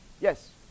yes